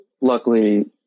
luckily